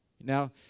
Now